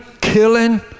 killing